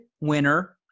winner